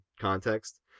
context